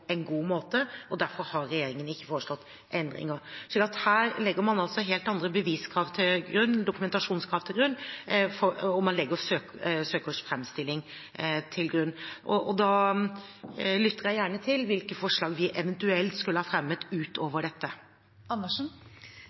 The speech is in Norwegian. en god måte, og derfor har regjeringen ikke foreslått endringer. Så her legger man altså helt andre dokumentasjonskrav til grunn, og man legger søkers framstilling til grunn. Og da lytter jeg gjerne til hvilke forslag vi eventuelt skulle ha fremmet utover dette.